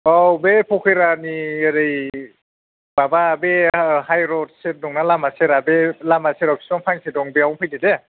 औ बे फकिरानि ओरै माबा बे हाइरड सेर दं ना लामासेरा बे लामा सेराव बिफां फांसे दं बेयाव फैदो दे